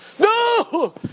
No